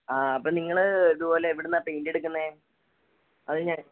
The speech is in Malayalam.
ആ അപ്പം നിങ്ങൾ ഇത് പോലെ എവിടുന്നാ പെയ്ൻറ്റ് എടുക്കുന്നത് അതിന്